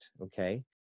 okay